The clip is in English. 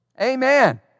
Amen